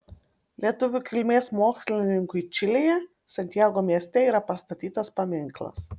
lietuvių kilmės mokslininkui čilėje santjago mieste yra pastatytas paminklas